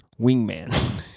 wingman